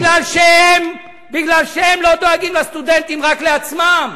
מפני שהם לא דואגים לסטודנטים, רק לעצמם.